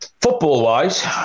Football-wise